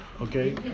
Okay